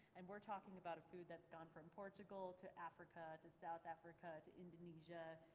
and we're talking about a food that's gone from portugal to africa to south africa to indonesia,